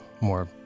more